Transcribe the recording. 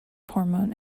hormone